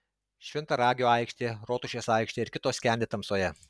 šventaragio aikštė rotušės aikštė ir kitos skendi tamsoje